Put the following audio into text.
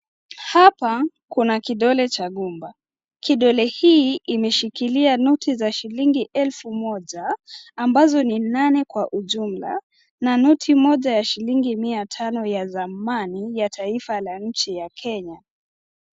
Hapa kuna kidole cha gumba. Kidole hii imeshikilia noti za shilingi elfu moja, ambazo ni nane kwa ujumla. Na noti moja ya shilingi mia tano ya zamani, ya taifa la nchi ya Kenya.